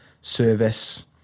service